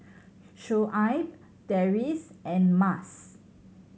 Shoaib Deris and Mas